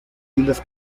islas